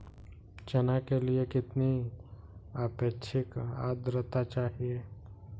चना के लिए कितनी आपेक्षिक आद्रता चाहिए?